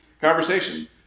conversation